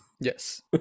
yes